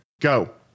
Go